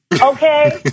Okay